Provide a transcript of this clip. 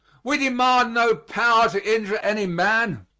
we demand no power to injure any man.